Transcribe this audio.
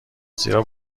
زیرا